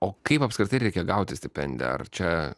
o kaip apskritai reikia gauti stipendiją ar čia